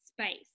space